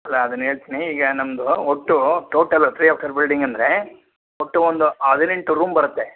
ಅಲ್ಲಾ ಅದನ್ನ ಹೇಳ್ತಿನಿ ಈಗ ನಮ್ಮದು ಒಟ್ಟು ಟೋಟಲ್ ತ್ರೀ ಆಫ್ಟರ್ ಬಿಲ್ಡಿಂಗ್ ಅಂದ್ರೆ ಒಟ್ಟು ಒಂದು ಹದಿನೆಂಟು ರೂಮ್ ಬರುತ್ತೆ